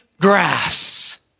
grass